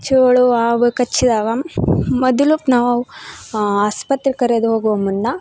ಚೇಳು ಹಾವು ಕಚ್ಚಿದಾಗ ಮೊದುಲು ನಾವು ಆಸ್ಪತ್ರೆ ಕರೆದೋಗುವ ಮುನ್ನ